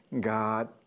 God